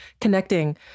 connecting